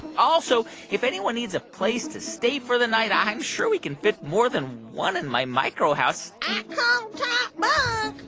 also, if anyone needs a place to stay for the night, i'm sure we can fit more than one in my micro-house i call um top ah bunk